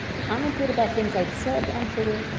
commented about things i'd said on twitter,